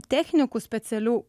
technikų specialių